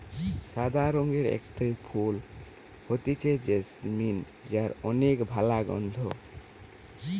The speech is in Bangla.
সাদা রঙের একটা ফুল হতিছে জেসমিন যার অনেক ভালা গন্ধ